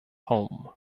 home